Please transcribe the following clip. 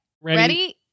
Ready